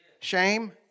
shame